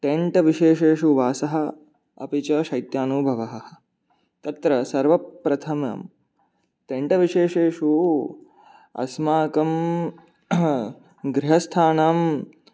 tent विशेषेषु वासः अपि च शैत्यानुभवः तत्र सर्वप्रथमं टेण्ट् विशेषेषु अस्माकं गृहस्थानं